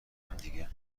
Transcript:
همدیگه